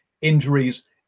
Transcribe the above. injuries